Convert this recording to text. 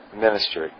ministry